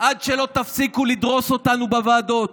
עד שלא תפסיקו לדרוס אותנו בוועדות,